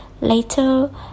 Later